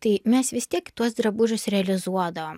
tai mes vis tiek tuos drabužius realizuodavom